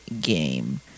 game